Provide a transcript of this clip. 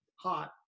hot